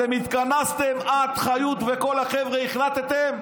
אתם התכנסתם את, חיות וכל החבר'ה, והחלטתם: